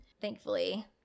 Thankfully